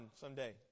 someday